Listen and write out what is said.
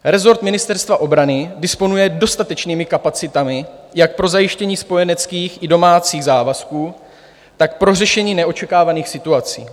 Rezort Ministerstva obrany disponuje dostatečnými kapacitami jak pro zajištění spojeneckých i domácích závazků, tak pro řešení neočekávaných situací.